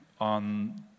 on